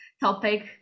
topic